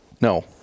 No